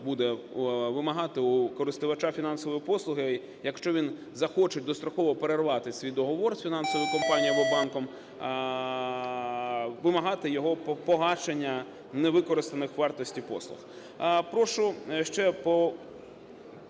буде вимагати у користувача фінансової послуги, якщо він захоче достроково перервати свій договір з фінансовою компанією або банком, вимагати його погашення невикористаних вартості послуг.